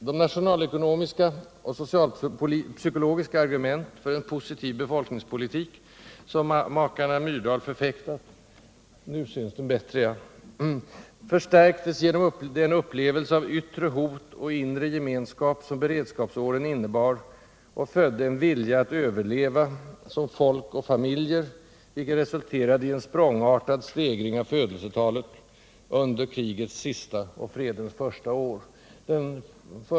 De nationalekonomiska och socialpsykologiska argument för en positiv befolkningspolitik som makarna Myrdal förfäktat förstärktes genom den upplevelse av yttre hot och inre gemenskap som ”beredskapsåren” innebar och födde en vilja att överleva, som folk och som familjer, vilken resulterade i en språngartad stegring av födelsetalen under krigets sista och fredens första år.